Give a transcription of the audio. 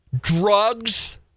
drugs